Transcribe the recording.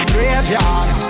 Graveyard